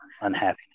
unhappiness